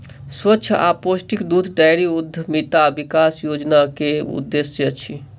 स्वच्छ आ पौष्टिक दूध डेयरी उद्यमिता विकास योजना के उद्देश्य अछि